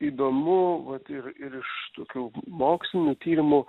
įdomu vat ir ir iš tokių mokslinių tyrimų